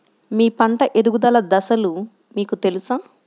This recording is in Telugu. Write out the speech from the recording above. మీ పంట ఎదుగుదల దశలు మీకు తెలుసా?